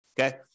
Okay